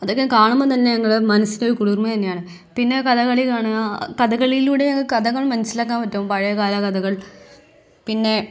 അതൊക്കെ കാണുമ്പം തന്നെ ഞങ്ങളെ മനസ്സിനൊരു കുളിർമ തന്നെയാണ് പിന്നെ കഥകളി കാണുക കഥകളിയിലൂടെ കഥകൾ മനസ്സിലാക്കാൻ പറ്റും പഴയ കാല കഥകൾ പിന്നെ